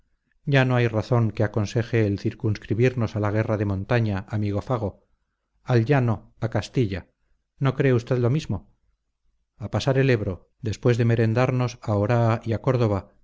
ya no hay razón que aconseje el circunscribirnos a la guerra de montaña amigo fago al llano a castilla no cree usted lo mismo a pasar el ebro después de merendamos a oraa y a córdoba